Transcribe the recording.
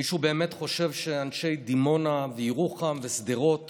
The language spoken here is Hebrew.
מישהו באמת חושב שאנשי דימונה וירוחם ושדרות